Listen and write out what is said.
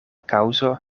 kaŭzo